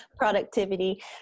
productivity